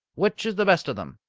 which is the best of them?